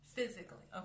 Physically